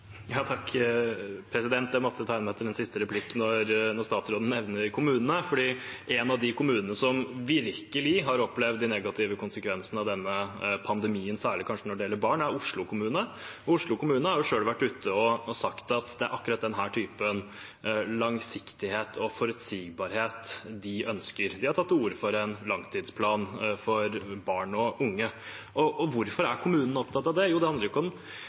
Jeg måtte tegne meg til en siste replikk når statsråden nevner kommunene, for en av de kommunene som virkelig har opplevd de negative konsekvensene av denne pandemien, kanskje særlig når det gjelder barn, er Oslo. Oslo kommune har selv vært ute og sagt at det er akkurat denne typen langsiktighet og forutsigbarhet de ønsker. De har tatt til orde for en langtidsplan for barn og unge. Og hvorfor er kommunene opptatt av det? Det handler ikke om